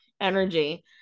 energy